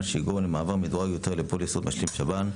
מה שיגרום למעבר מדורג יותר לפוליסות משלים שב"ן.